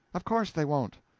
of course they won't.